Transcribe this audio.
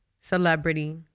celebrity